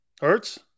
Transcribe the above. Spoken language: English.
Hurts